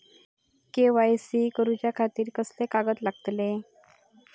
KYC करूच्या खातिर कसले कागद लागतले?